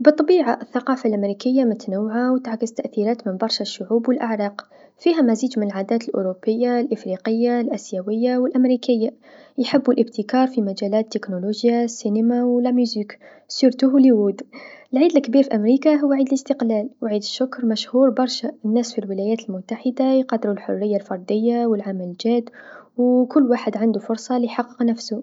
بالطبيعه الثقافه الأمريكيه متنوعه و تعكس تأثيرات من برشا شعوب و الأعراق، فيها مزيج من العادات الأوروبيه الإفريقيه الأسيويه و الأمريكيه، يحبو الإبتكار في مجالات التكنولوجيا السينما و الموسيقى و خاصة هوليوود، العيد الكبير في أمريكا هو عيد الاستقلال و عيد الشكر مشهور برشا، الناس في الولايات المتحدة يقدرو الحريه الفرديه و العمل الجاد و كل واحد عندو فرصة ليحقق نفسو.